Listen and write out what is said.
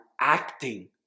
acting